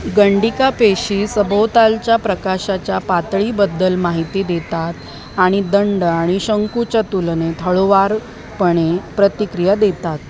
गंडिका पेशी सभोतालच्या प्रकाशाच्या पातळीबद्दल माहिती देतात आणि दंड आणि शंकूच्या तुलनेत हळूवारपणे प्रतिक्रिया देतात